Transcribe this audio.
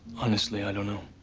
honestly, i don't know.